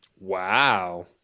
Wow